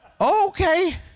Okay